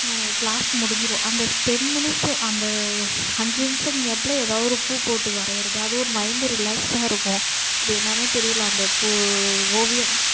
class முடிஞ்சிடும் அந்த ten மினிட்ஸும் அந்த அஞ்சு நிமிடம் கேப்பில் எதாக ஒரு பூ போட்டு வரைகிறது அது ஒரு மைண்ட் ரிலேக்ஸாக இருக்கும் அது என்னான்னே தெரியல அந்த பூ ஓவியம்